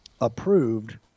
approved